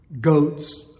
goats